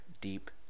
deep